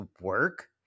work